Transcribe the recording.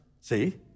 See